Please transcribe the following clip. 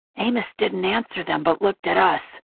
amos didn't answer them but looked at us.